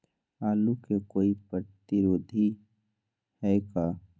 आलू के कोई प्रतिरोधी है का?